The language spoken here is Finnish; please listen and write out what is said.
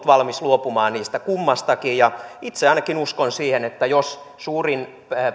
valmis luopumaan niistä kummastakin ja itse ainakin uskon siihen että jos